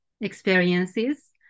experiences